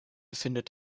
findet